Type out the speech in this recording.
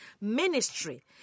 ministry